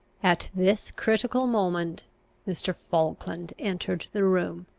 at this critical moment mr. falkland entered the room.